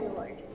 Lord